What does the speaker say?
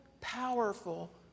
powerful